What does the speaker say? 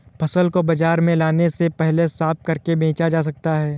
फसल को बाजार में लाने से पहले साफ करके बेचा जा सकता है?